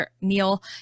Neil